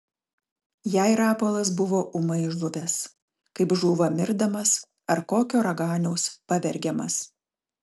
jai rapolas buvo ūmai žuvęs kaip žūva mirdamas ar kokio raganiaus pavergiamas